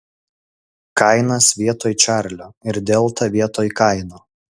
kainas vietoj čarlio ir delta vietoj kaino